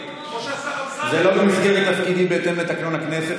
זה לא במסגרת תפקידי בהתאם לתקנון הכנסת,